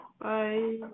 Bye